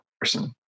person